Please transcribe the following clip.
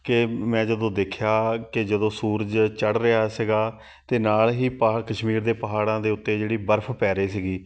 ਕਿ ਮੈਂ ਜਦੋਂ ਦੇਖਿਆ ਕਿ ਜਦੋਂ ਸੂਰਜ ਚੜ੍ਹ ਰਿਹਾ ਸੀਗਾ ਅਤੇ ਨਾਲ ਹੀ ਪਾਰ ਕਸ਼ਮੀਰ ਦੇ ਪਹਾੜਾਂ ਦੇ ਉੱਤੇ ਜਿਹੜੀ ਬਰਫ਼ ਪੈ ਰਹੀ ਸੀਗੀ